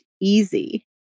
easy